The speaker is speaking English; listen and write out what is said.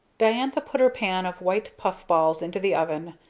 diantha put her pan of white puff-balls into the oven,